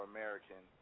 American